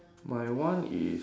my one is